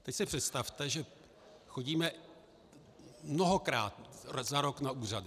Teď si představte, že chodíme mnohokrát za rok na úřady.